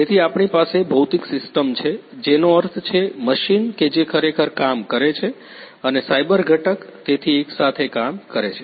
તેથી આપણી પાસે ભૌતિક સિસ્ટમ છે જેનો અર્થ છે મશીન કે જે ખરેખર કામ કરે છે અને સાયબર ઘટક તેથી એકસાથે કામ કરે છે